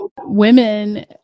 women